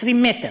20 מטר,